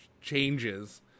changes